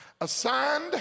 assigned